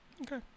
Okay